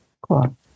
Cool